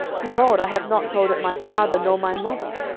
behold, i have not told it my father nor my mother,